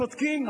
שותקים,